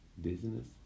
dizziness